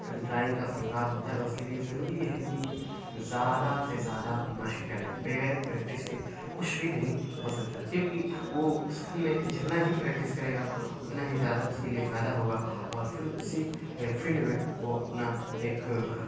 drawing کا فنکار ہوتا ہے اُس کے لیے ضروری یہ ہے کہ زیادہ سے زیادہ مشق کرے بغیر پریکٹس کے کچھ بھی نہیں ہو سکتا ہے کیوں کہ وہ اُس فن میں جنتا ہی پریکٹس کرے گا اتنا ہی زیادہ اُس کے لیے فائدہ ہوگا اور پھر اُسی فیلڈ میں وہ اپنا ایک